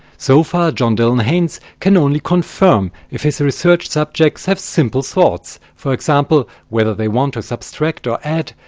so far, john-dylan haynes can only confirm if his research subjects have simple thoughts for example whether they want to subtract or add,